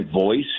voice